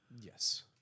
Yes